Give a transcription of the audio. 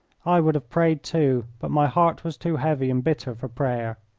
i would have prayed too, but my heart was too heavy and bitter for prayer.